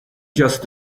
just